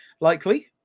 likely